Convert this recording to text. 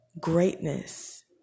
Greatness